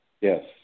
Yes